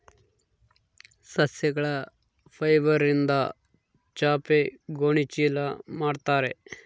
ಸಸ್ಯಗಳ ಫೈಬರ್ಯಿಂದ ಚಾಪೆ ಗೋಣಿ ಚೀಲ ಮಾಡುತ್ತಾರೆ